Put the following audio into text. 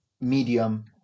medium